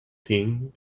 thing